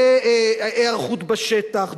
בהיערכות בשטח,